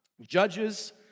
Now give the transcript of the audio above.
judges